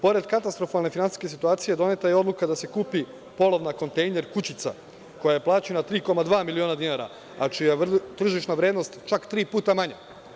Pored katastrofalne finansijske situacije doneta je odluka da se kupi polovna kontejner kućica, koja je plaćena 3,2 miliona dinara, a čija je tržišna vrednost čak tri puta manja.